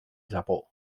japó